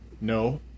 no